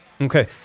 Okay